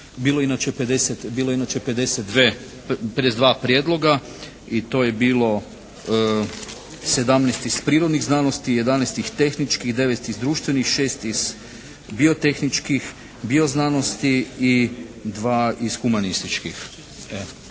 bilo je inače 52 prijedloga i to je bilo 17 iz prirodnih znanosti, 11 iz tehničkih, 9 iz društvenih, 6 iz biotehničkih, bioznanosti i 2 iz humanističkih. Evo,